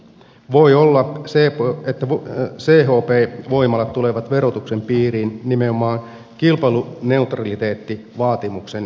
voi olla että chp voimalat tulevat verotuksen piiriin nimenomaan kilpailuneutraliteettivaatimuksen johdosta